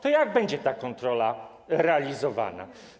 To jak będzie ta kontrola realizowana?